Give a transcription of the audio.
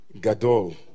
Gadol